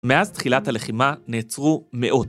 מאז תחילת הלחימה נעצרו מאות.